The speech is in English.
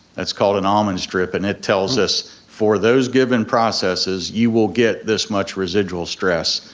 that's called an almond strip, and it tells us for those given processes you will get this much residual stress.